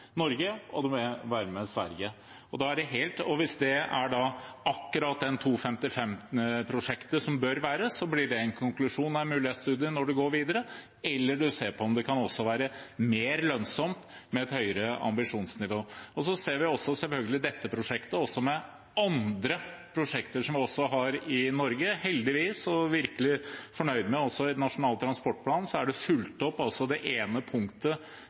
Norge og Sverige. Hvis det bør være akkurat det 2.55-prosjektet, blir det en konklusjon av mulighetsstudien når man går videre, eller man kan se på om det kan være mer lønnsomt med et høyere ambisjonsnivå. Vi ser selvfølgelig dette prosjektet opp mot andre prosjekter vi har i Norge, heldigvis. Og jeg er virkelig fornøyd med at det ene punktet fra Granvolden-plattformen, om at vi skal se på strekningsvise høyhastighetsutredninger også for Norge, er fulgt opp i Nasjonal transportplan. Nå kommer det en strekningsvis høyhastighetsutredning for Oslo–Trondheim. Det